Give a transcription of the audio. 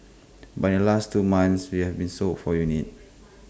but in last two months we having sold four units